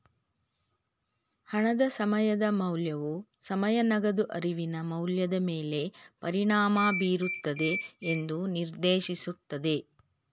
ಹಣದ ಸಮಯದ ಮೌಲ್ಯವು ಸಮಯ ನಗದು ಅರಿವಿನ ಮೌಲ್ಯದ ಮೇಲೆ ಪರಿಣಾಮ ಬೀರುತ್ತದೆ ಎಂದು ನಿರ್ದೇಶಿಸುತ್ತದೆ